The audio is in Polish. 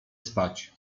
spać